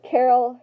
Carol